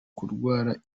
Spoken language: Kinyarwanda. kurwara